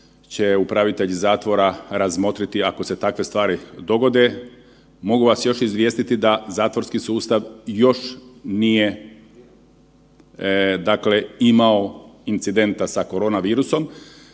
će upravitelji zatvora razmotriti ako se takve stvari dogode. Mogu vas još izvijestiti da zatvorski sustav još nije imao incidenta sa korona virusom,